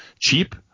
cheap